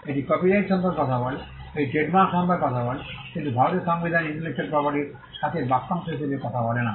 এটি কপিরাইট সম্পর্কে কথা বলে এটি ট্রেডমার্ক সম্পর্কে কথা বলে কিন্তু ভারতের সংবিধান ইন্টেলেকচুয়াল প্রপার্টির সাথে বাক্যাংশ হিসাবে কথা বলে না